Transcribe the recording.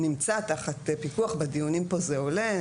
נמצא תחת פיקוח, בדיונים פה זה עולה.